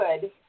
good